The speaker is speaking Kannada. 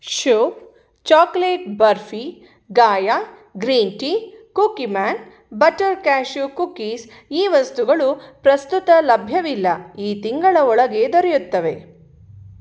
Shubh chocolate barfi Gaia green tea cookie man butter cashew cookies ಈ ವಸ್ತುಗಳು ಪ್ರಸ್ತುತ ಲಭ್ಯವಿಲ್ಲ ಈ ತಿಂಗಳ ಒಳಗೆ ದೊರೆಯುತ್ತವೆ